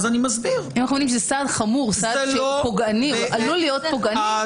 אם אנו אומרים סעד חמור שעלול להיות פוגעני,